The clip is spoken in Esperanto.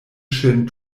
ŝin